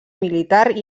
militar